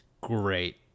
Great